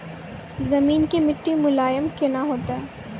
जमीन के मिट्टी मुलायम केना होतै?